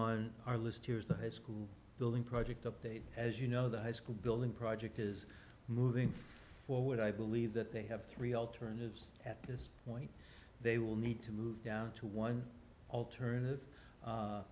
on our list here is the high school building project update as you know the high school building project is moving forward i believe that they have three alternatives at this point they will need to move down to one alternative